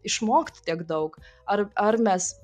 išmokti tiek daug ar ar mes